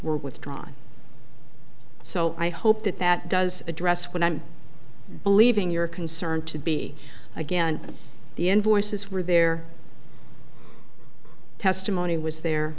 were withdrawn so i hope that that does address what i'm believing your concern to be again the invoices were their testimony was the